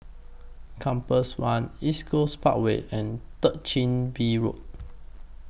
Compass one East Coast Parkway and Third Chin Bee Road